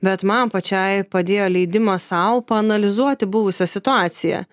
bet man pačiai padėjo leidimas sau paanalizuoti buvusią situaciją